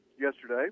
yesterday